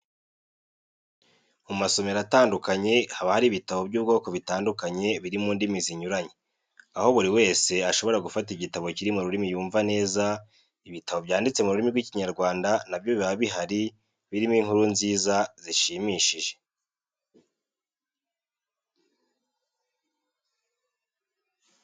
Mu masomero atandukanye haba harimo ibitabo by'ubwoko bitandukanye biri mu ndimi zinyuranye, aho buri wese ashobora gufata igitabo kiri mu rurimi yumva neza, ibitabo byanditse mu rurimi rw'Ikinyarwanda na byo biba bihari birimo inkuru nziza zishimishije.